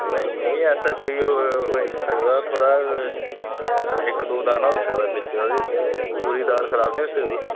नेईं नेईं ऐसा किश नेईं होई सकदा थोह्ड़ा इक दो दाना होई सकदा बिच ओह्दे पूरी दाल खराब नेईं होई सकदी